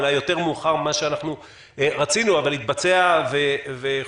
אולי יותר מאוחר ממה שרצינו אבל התבצע וכולי,